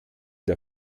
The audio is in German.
der